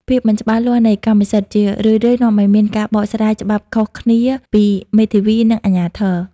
ភាពមិនច្បាស់លាស់នៃកម្មសិទ្ធិ ជារឿយៗនាំឱ្យមានការបកស្រាយច្បាប់ខុសគ្នាពីមេធាវី និងអាជ្ញាធរ។